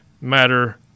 Matter